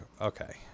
Okay